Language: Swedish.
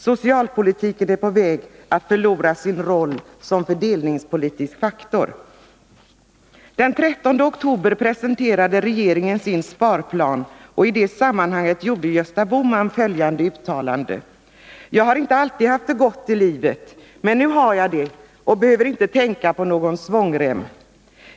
Socialpolitiken är på väg att förlora sin roll som fördelningspolitisk faktor. Den 13 oktober presenterade regeringen sin sparplan, och i det sammanhanget gjorde Gösta Bohman följande uttalande: ”Jag har inte alltid haft det gott i livet. Men nu har jag det och behöver inte tänka på någon svångrem.